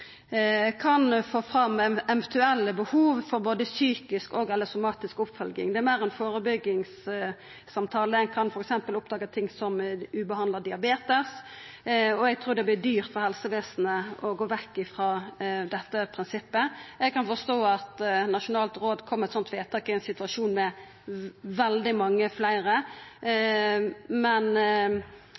kan få fram eventuelle behov for både psykisk og/eller somatisk oppfølging. Det er meir ein førebyggingssamtale. Ein kan f.eks. oppdaga ting som ubehandla diabetes, og eg trur det vert dyrt for helsevesenet å gå vekk frå dette prinsippet. Eg kan forstå at Nasjonalt råd kom med eit slikt vedtak i ein situasjon med veldig mange fleire, men